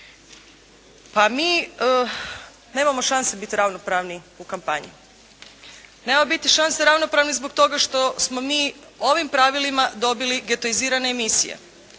Pa mi nemamo šanse biti ravnopravni u kampanji, nemamo biti šanse ravnopravni zbog toga što smo mi ovim pravilima dobili getoizirane emisije.